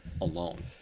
alone